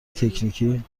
تکنیکی